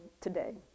today